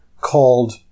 called